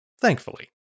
thankfully